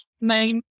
main